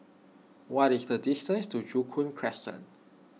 what is the distance to Joo Koon Crescent